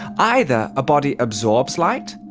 either a body absorbs light,